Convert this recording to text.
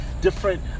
different